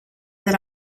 that